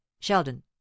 Sheldon